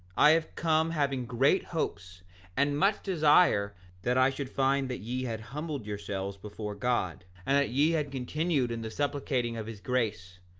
i have come having great hopes and much desire that i should find that ye had humbled yourselves before god, and that ye had continued in the supplicating of his grace,